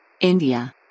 India